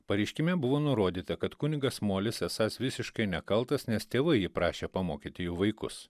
pareiškime buvo nurodyta kad kunigas molis esąs visiškai nekaltas nes tėvai jį prašė pamokyti jų vaikus